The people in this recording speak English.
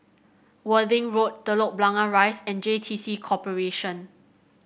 Worthing Road Telok Blangah Rise and J T C Corporation